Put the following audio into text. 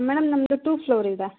madam ನಮ್ಮದು two floor ಇದೆ